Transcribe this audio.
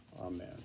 Amen